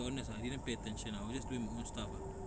okay honest ah I didn't pay attention ah I was just doing my own stuff ah